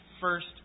first